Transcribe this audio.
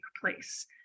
place